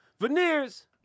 Veneers